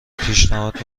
پیشنهاد